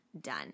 done